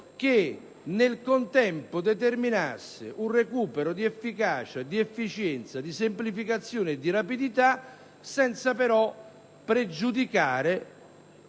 che, nel contempo, determinasse un recupero di efficacia, di efficienza, di semplificazione e di rapidità, senza però pregiudicare